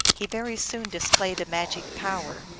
he very soon displayed a magic power.